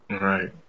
right